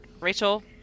Rachel